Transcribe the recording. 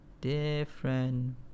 different